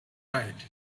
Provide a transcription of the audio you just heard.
right